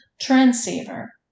transceiver